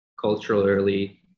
culturally